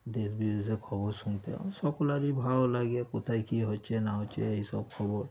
দেশ বিদেশে খবর শুনতে আমাদের সকলেরই ভালো লাগে কোথায় কী হচ্ছে না হচ্ছে এইসব খবর